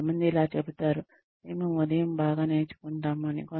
కొంతమంది ఇలా చెబుతారు మేము ఉదయం బాగా నేర్చుకుంటాము అని